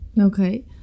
Okay